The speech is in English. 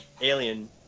alien